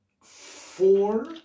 four